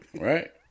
right